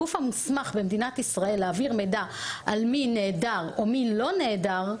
הגוף המוסמך במדינת ישראל להעביר מידע על מי נעדר או מי לא נעדר,